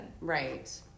Right